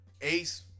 Ace